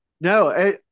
No